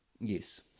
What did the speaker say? yes